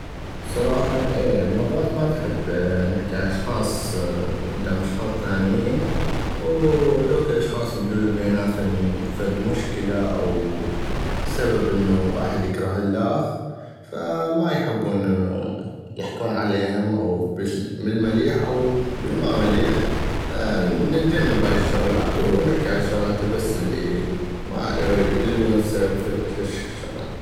بصراحة اي مرات ما نحب نحكي على اشخاص قدام اشخاص ثانيين وهذوكَ اشخاص تجوز بيناتهم فد مشكلة او بسبب انو واحد يكره الخ فما يحبون يحكون عليهم بل المليح او المامليح فا نتجنب هاي الشغلات ونحكي على الشغلات بس بل الونسة وهشكل شغلات.